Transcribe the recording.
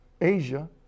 Asia